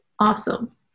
Awesome